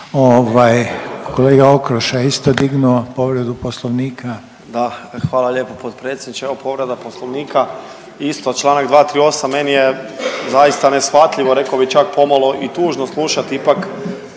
kolega Okroša je isto dignuo povredu Poslovnika. **Okroša, Tomislav (HDZ)** Da, hvala lijepo potpredsjedniče. Evo povreda Poslovnika isto čl. 238, meni je zaista neshvatljivo, rekao bih čak pomalo i tužno slušati ipak,